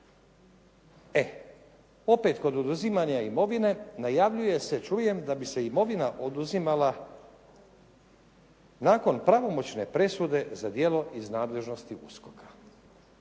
E, opet kod oduzimanja imovine, najavljuje se, čujem, da bi se i imovina oduzimala nakon pravomoćne presude za djelo iz nadležnosti USKOK-a.